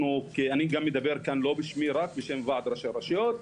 אני מדבר כאן לא רק בשמי אלא גם בשם ועד ראשי הרשויות,